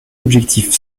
objectif